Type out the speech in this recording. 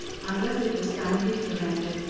unless it was timely prevented,